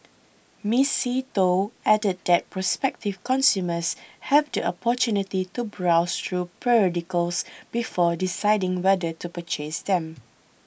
Miss See Tho added that prospective consumers have the opportunity to browse through periodicals before deciding whether to purchase them